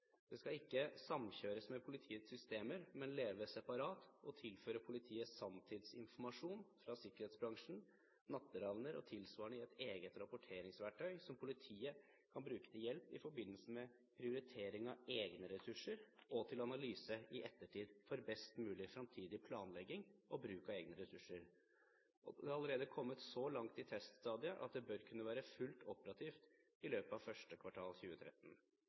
Det skal ikke samkjøres med politiets systemer, men leve separat og tilføre politiet sanntidsinformasjon fra sikkerhetsbransjen, natteravner og tilsvarende i et eget rapporteringsverktøy som politiet kan bruke til hjelp i forbindelse med prioritering av egne ressurser og til analyse i ettertid, for best mulig fremtidig planlegging og bruk av egne ressurser. Det har allerede kommet så langt i teststadiet at det bør kunne være fullt ut operativt i løpet av første kvartal 2013.